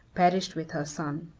perished with her son.